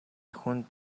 хүнд